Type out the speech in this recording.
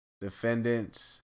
defendants